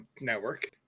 network